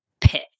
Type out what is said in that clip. pit